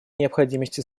необходимости